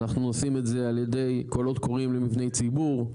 אנחנו עושים את זה על ידי קולות קוראים למבני ציבור.